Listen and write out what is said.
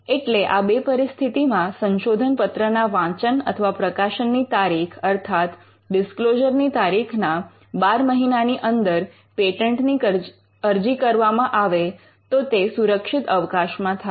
એટલે આ બે પરિસ્થિતિમાં સંશોધનપત્ર ના વાંચન અથવા પ્રકાશનની તારીખ અર્થાત ડિસ્ક્લોઝર ની તારીખ ના 12 મહિનાની અંદર પેટન્ટની અરજી કરવામાં આવે તો તે સુરક્ષિત અવકાશ માં થાય